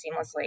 seamlessly